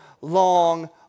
long